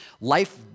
life